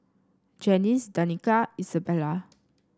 Janice Danica Isabela